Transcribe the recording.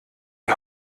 die